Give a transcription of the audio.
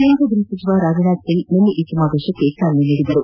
ಕೇಂದ್ರ ಗ್ಬಹ ಸಚಿವ ರಾಜನಾಥ್ಸಿಂಗ್ ನಿನ್ನೆ ಈ ಸಮಾವೇಶಕ್ಕೆ ಚಾಲನೆ ನೀಡಿದರು